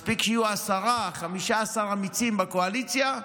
מספיק שיהיו 10 15 אמיצים בקואליציה,